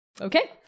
okay